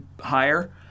higher